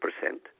percent